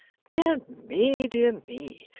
dear me, dear me!